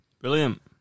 Brilliant